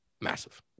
massive